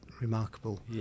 remarkable